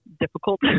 difficult